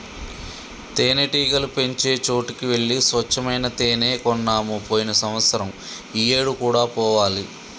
తేనెటీగలు పెంచే చోటికి వెళ్లి స్వచ్చమైన తేనే కొన్నాము పోయిన సంవత్సరం ఈ ఏడు కూడా పోవాలి